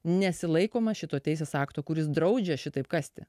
nesilaikoma šito teisės akto kuris draudžia šitaip kasti